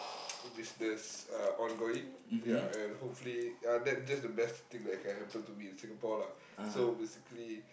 business uh ongoing ya and hopefully ya that that's the best thing that can happen to me in Singapore lah so basically